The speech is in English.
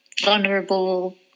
vulnerable